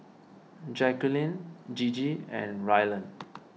Jacqulyn Gigi and Ryland